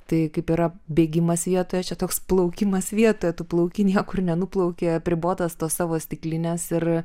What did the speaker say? tai kaip yra bėgimas vietoje čia toks plaukimas vietoje tu plauki niekur nenuplauki apribotas tos savo stiklinės ir